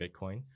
Bitcoin